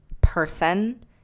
person